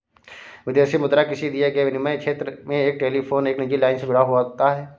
विदेशी मुद्रा किसी दिए गए विनिमय क्षेत्र में एक टेलीफोन एक निजी लाइन से जुड़ा होता है